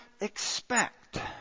expect